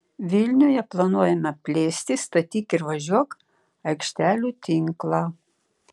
vilniuje planuojama plėsti statyk ir važiuok aikštelių tinklą